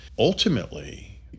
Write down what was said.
Ultimately